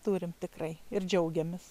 turim tikrai ir džiaugiamės